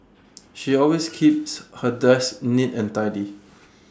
she always keeps her desk neat and tidy